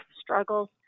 struggles